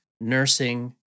nursing